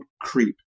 creep